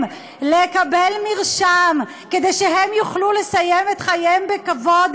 לקבל מרשם כדי שהם יוכלו לסיים את חייהם בכבוד,